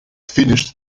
finished